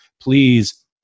please